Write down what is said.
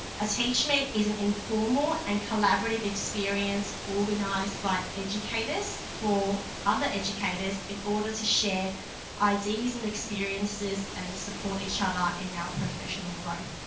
a teachmeet is an informal and collaborative experience organised by educators for other educators in order to share ideas and experiences and support each other in our professional growth.